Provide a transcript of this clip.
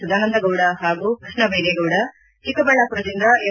ಸದಾನಂದಗೌಡ ಹಾಗೂ ಕೃಷ್ಣಭೈರೇಗೌಡ ಚಿಕ್ಕಬಳ್ಳಾಮರದಿಂದ ಎಂ